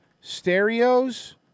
stereos